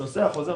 נוסע וחוזר,